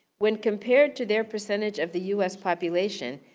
when compared to their percentage of the us population,